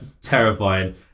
terrifying